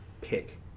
pick